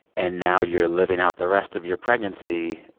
and now you're living out the rest of your pregnancy.